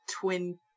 Twin